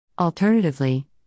Alternatively